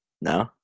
No